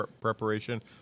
preparation